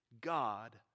God